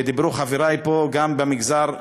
ודיברו חברי פה גם במגזר,